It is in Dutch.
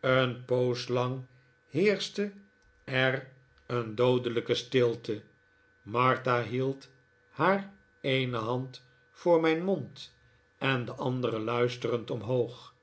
een poos lang heerschte er een doodelijke stilte martha hield haar eene hand voor mijn mond en de andere luisterend omhoog